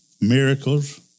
miracles